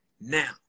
now